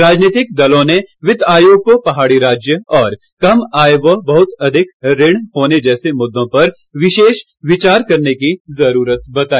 राजनीतिक दलों ने वित्त आयोग को पहाड़ी राज्य और कम आय व बहुत अधिक ऋण होने जैसे मुद्दों पर विशेष विचार करने की जरूरत बताई